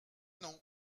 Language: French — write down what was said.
non